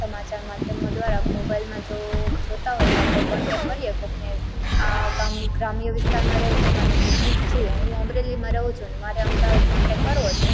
સમાચાર માધ્યમો દ્વારા મોબાઈલમાં જો જોતાં હોઈએ તો આપણે કોન્ટેક કરીએ કોકને આ ગ્રામ્ય વિસ્તારમાં રહે છે માનો કે હું જ હું અમરેલીમાં રહું છું અને મારે અમદાવાદ કોન્ટેક કરવો છે